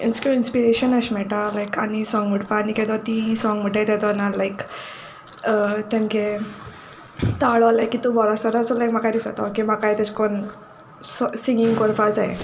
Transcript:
एशें कोन्न इंस्प्रिरेशन अशें मेट्टा लायक आनी साँग म्हुणपा आनी केदो ती साँग म्हुणटाय तेदोना लायक तेंगे ताळो लायक कितू बरो आसा तो म्हाका दिसोता ओके म्हाकाय तेशें कोन्न सिंगिंग करपा जाय